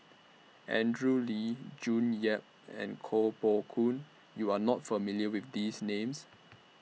Andrew Lee June Yap and Koh Poh Koon YOU Are not familiar with These Names